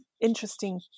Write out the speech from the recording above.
interesting